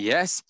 Yes